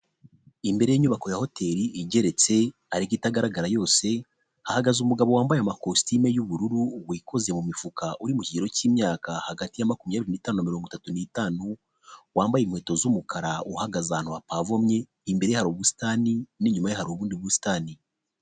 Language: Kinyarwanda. Imbere y'inyubako ya Hoteri igeretse ariko itagaragara yose. Hahagaze umugabo wambaye amakositimu y'ubururu wikoze mu mifuka, uri mu kigeroro cy'imyaka hagati ya makumyabiri n'itanu na mirongo itatu n'itanu. Wambaye inkweto z'umukara uhagaze ahantu hapavomye. Imbere ye hari ubusitani, n'inyuma ye hari ubundi busitani.